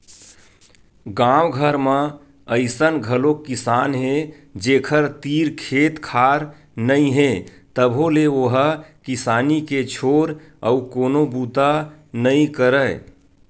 गाँव घर म अइसन घलोक किसान हे जेखर तीर खेत खार नइ हे तभो ले ओ ह किसानी के छोर अउ कोनो बूता नइ करय